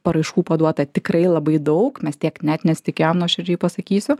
paraiškų paduota tikrai labai daug mes tiek net nesitikėjom nuoširdžiai pasakysiu